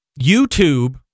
YouTube